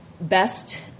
best